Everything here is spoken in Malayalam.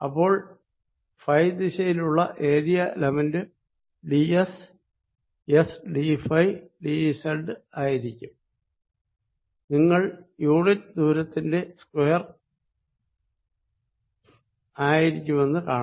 അപ്പോൾ ഫൈ ദിശയിലുള്ള area element d s s d phi d z ആയിരിക്കും നിങ്ങൾ യൂണിറ്റ് ദൂരത്തിന്റെ സ്ക്വയർ ആയിരിക്കുമെന്ന് കാണാം